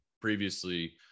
previously